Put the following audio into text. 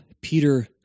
Peter